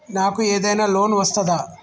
నాకు ఏదైనా లోన్ వస్తదా?